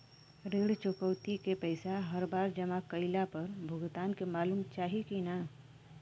ऋण चुकौती के पैसा हर बार जमा कईला पर भुगतान के मालूम चाही की ना?